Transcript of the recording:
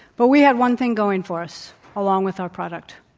but we had one thing going for us along with our product.